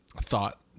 thought